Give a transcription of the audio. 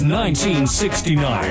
1969